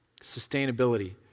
sustainability